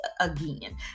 again